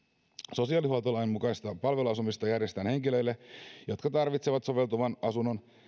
sosiaalihuoltolain mukaista palveluasumista järjestetään henkilöille jotka tarvitsevat soveltuvan asunnon